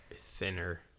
thinner